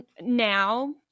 now